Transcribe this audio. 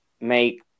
make